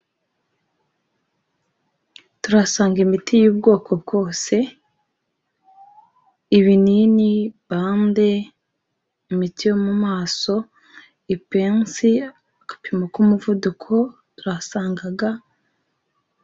Turahasanga imiti y'ubwoko bwose, ibinini, bande, imiti yo mu maso, ipensi, agapimo k'umuvuduko, turahasanga ga.